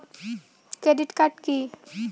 Credit card key?